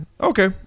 okay